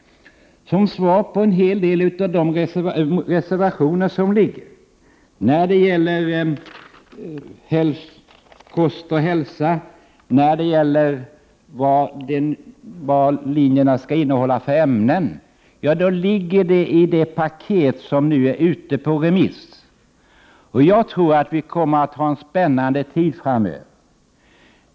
I paketet behandlas en hel del reservationer om kost och hälsa samt om vad linjerna skall innehålla för ämnen. Jag tror att vi kommer att få en spännande tid framöver.